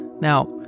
Now